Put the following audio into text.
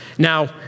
Now